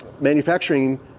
manufacturing